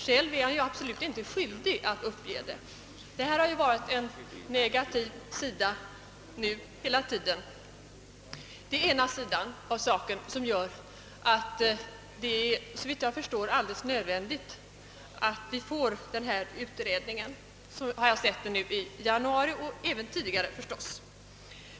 Själv är han absolut inte skyldig att uppge det. Detta har varit en negativ sida hela tiden, en sida av saken som gör att det, såvitt jag förstår, är alldeles nödvändigt att vi får den begärda utredningen. Så såg jag det i januari och tidigare också förstås.